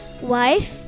wife